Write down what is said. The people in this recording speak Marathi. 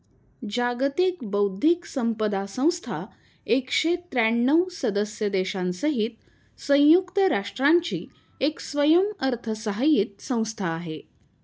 जागतिक बौद्धिक संपदा संस्था एकशे त्र्यांणव सदस्य देशांसहित संयुक्त राष्ट्रांची एक स्वयंअर्थसहाय्यित संस्था आहे